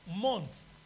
months